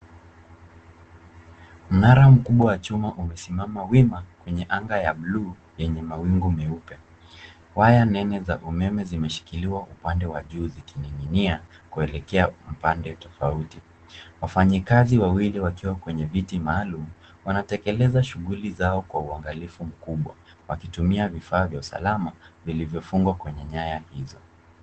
Mnara mkubwa wa chuma umesimama wima kwenye anga ya bluu yenye mawingu meupe. Waya nene za umeme zimeshikiliwa upande wa juu zikining'inia kuelekea pande tofauti. Wafanyikazi wawili wakiwa kwenye viti maalum wanatekeleza shuguli zao kwa uangalifu mkubwa wakitumia vifaa vya usalama vilivyofungwa kwenye nyaya hizo.